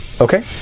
Okay